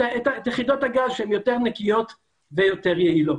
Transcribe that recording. יחידות הגז שהן יותר נקיות ויותר יעילות.